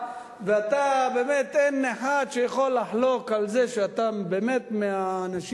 ואין אחד שיכול לחלוק על זה שאתה מהאנשים